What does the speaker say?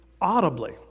audibly